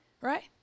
right